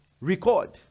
record